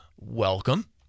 welcome